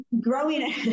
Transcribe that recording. growing